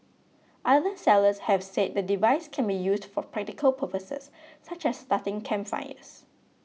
other sellers have said the device can be used for practical purposes such as starting campfires